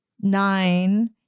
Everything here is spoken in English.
nine